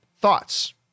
thoughts